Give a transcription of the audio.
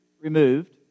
removed